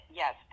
yes